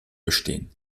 bestehen